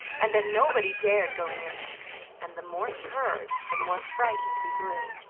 and that nobody dared go near him and the more he heard, the more frightened he grew.